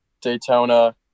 daytona